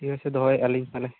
ᱴᱷᱤᱠ ᱟᱪᱷᱮ ᱫᱚᱦᱚᱭᱮᱟ ᱞᱤᱧ ᱛᱟᱦᱚᱞᱮ